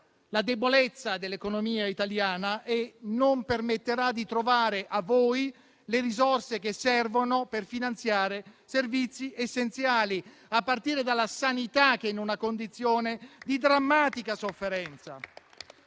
la debolezza dell'economia italiana e non permetterà a voi di trovare le risorse che servono per finanziare servizi essenziali a partire dalla sanità, che è in una condizione di drammatica sofferenza.